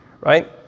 right